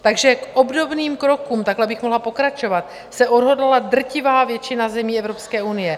K obdobným krokům takhle bych mohla pokračovat se odhodlala drtivá většina zemí Evropské unie.